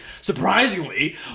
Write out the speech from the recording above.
surprisingly